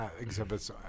exhibits